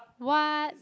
what